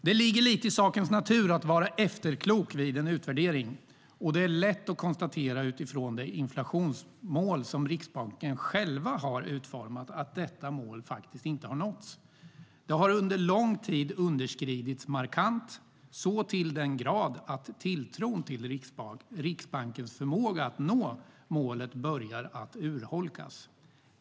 Det ligger lite i sakens natur att vara efterklok vid en utvärdering. Det är lätt att konstatera utifrån det inflationsmål som Riksbanken själv har utformat att detta mål inte nåtts. Det har under lång tid underskridits markant, så till den grad att tilltron till Riksbankens förmåga att nå målet börjar urholkas.